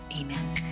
amen